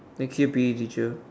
next year P_E teacher